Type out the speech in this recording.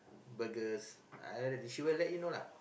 burgers I she will let you know lah